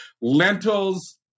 lentils